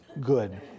good